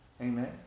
Amen